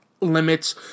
limits